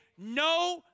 no